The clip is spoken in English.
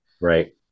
Right